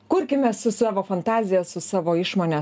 kurkime su savo fantazija su savo išmone